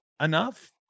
enough